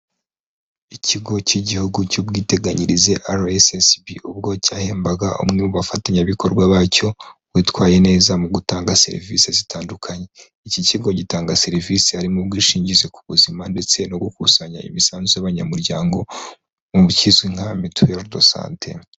Ikigo cy'igihugu cy'ubwiteganyirize RSSB ubwo cyahembaga umwe mu bafatanyabikorwa bacyo witwaye neza mu gutanga serivisi zitandukanye, iki kigo gitanga serivisi harimo ubwishingizi ku buzima ndetse no gukusanya imisanzu y'abanyamuryango mu kizwi nka mituweridosante.